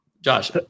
Josh